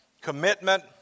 commitment